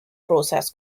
process